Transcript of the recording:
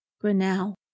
grinnell